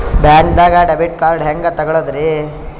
ಬ್ಯಾಂಕ್ದಾಗ debit card ಹೆಂಗ್ ತಗೊಳದ್ರಿ?